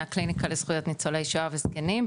מהקליניקה לזכויות ניצולי שואה וזקנים,